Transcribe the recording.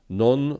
non